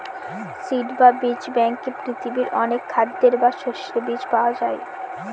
seed বা বীজ ব্যাঙ্কে পৃথিবীর অনেক খাদ্যের বা শস্যের বীজ পাওয়া যায়